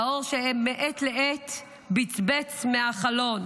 באור שמעת לעת בצבץ מהחלון,